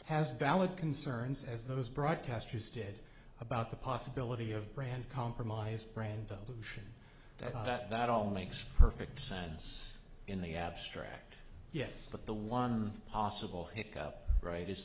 has valid concerns as those broadcasters did about the possibility of grand compromise brando that all makes perfect sense in the abstract yes but the one possible hick up right is